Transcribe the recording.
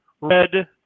red